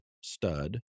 stud